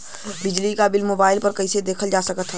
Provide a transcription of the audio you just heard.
बिजली क bill mobile पर कईसे देख सकत हई?